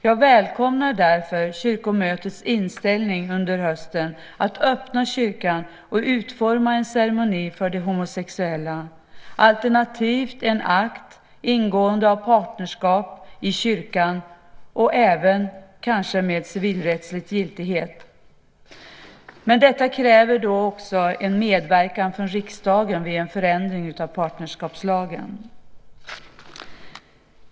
Jag välkomnar därför kyrkomötets inställning under hösten att öppna kyrkan och utforma en ceremoni för de homosexuella, alternativt en akt för ingående av partnerskap i kyrkan, kanske även med civilrättslig giltighet. Men detta kräver också en medverkan från riksdagen vid en förändring av partnerskapslagen.